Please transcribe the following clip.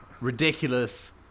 ridiculous